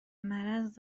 مرض